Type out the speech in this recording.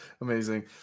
Amazing